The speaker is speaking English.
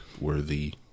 worthy